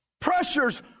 Pressures